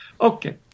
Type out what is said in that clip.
Okay